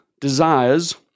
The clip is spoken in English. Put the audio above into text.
desires